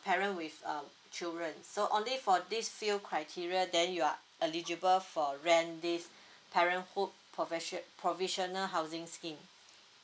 parent with um children so only for these few criteria then you are eligible for rent these parenthood profession provisional housing scheme